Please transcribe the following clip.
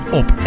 op